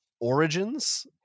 Origins